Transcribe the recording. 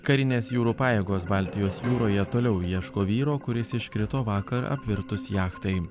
karinės jūrų pajėgos baltijos jūroje toliau ieško vyro kuris iškrito vakar apvirtus jachtai